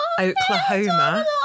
Oklahoma